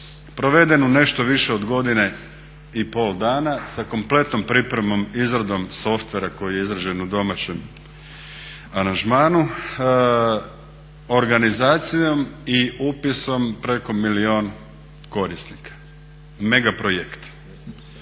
proveden u nešto više od godine i pol dana sa kompletnom pripremom i izradom softvera koji je izrađen u domaćem aranžmanu organizacijom i upisom preko milijun korisnika, mega projekt.